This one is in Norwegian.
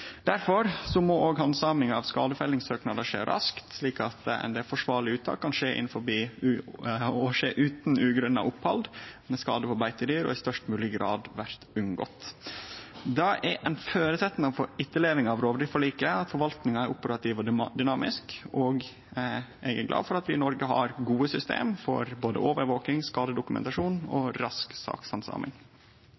Derfor må òg handsaminga av skadefellingssøknadar skje raskt, slik at ein del forsvarleg uttak kan skje utan ugrunna opphald, og at skade på beitedyr i størst mogeleg grad blir unngått. Det er ein føresetnad for etterleving av rovdyrforliket at forvaltninga er operativ og dynamisk. Eg er glad for at vi i Noreg har gode system for både overvaking, skadedokumentasjon og